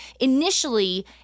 initially